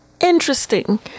interesting